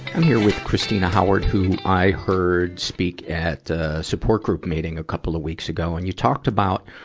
and here with christina howard, who i heard speak at a support group meeting a couple of weeks ago, and you talked about,